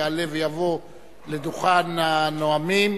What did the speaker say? יעלה ויבוא לדוכן הנואמים